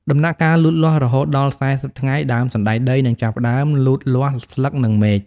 ដំណាក់កាលលូតលាស់ រហូតដល់ ៤០ ថ្ងៃ ដើមសណ្ដែកដីនឹងចាប់ផ្តើមលូតលាស់ស្លឹក និងមែក។